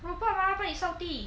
robot 它帮你扫地